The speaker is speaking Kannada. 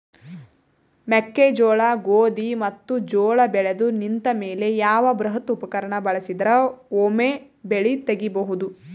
ಮೆಕ್ಕೆಜೋಳ, ಗೋಧಿ ಮತ್ತು ಜೋಳ ಬೆಳೆದು ನಿಂತ ಮೇಲೆ ಯಾವ ಬೃಹತ್ ಉಪಕರಣ ಬಳಸಿದರ ವೊಮೆ ಬೆಳಿ ತಗಿಬಹುದು?